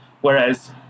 whereas